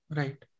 right